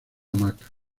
hamaca